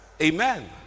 Amen